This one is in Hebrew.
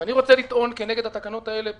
ואני רוצה לטעון כנגד התקנות האלה פעמיים,